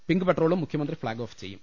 pink പട്രോളും മുഖ്യമന്ത്രി flag off ചെയ്യും